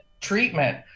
treatment